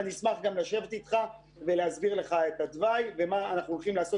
אשמח גם לשבת אתך ולהסביר לך את התוואי ומה אנחנו הולכים לעשות,